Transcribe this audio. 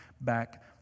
back